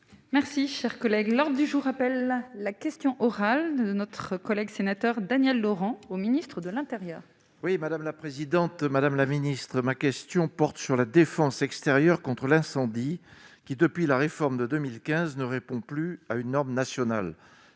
Merci, cher collègue lors du jour appelle la question orale de notre collègue sénateur Daniel Laurent au ministre de l'Intérieur. Oui, madame la présidente, madame la ministre ma question porte sur la défense extérieure contre l'incendie qui, depuis la réforme de 2015 ne répond plus à une norme nationale